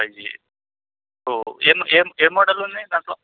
five G A A A model ఉన్నాయి దాంట్లో